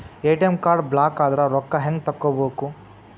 ATM card ಬ್ಲಾಕದ್ರ ರೊಕ್ಕಾ ಹೆಂಗ್ ತಕ್ಕೊಬೇಕು?